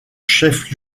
chef